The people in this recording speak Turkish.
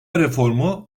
reformu